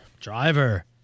Driver